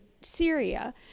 Syria